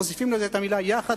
מוסיפים לזה את המלה "יחד",